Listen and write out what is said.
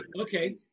okay